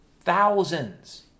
thousands